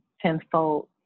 tenfold